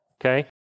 Okay